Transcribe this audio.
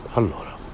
allora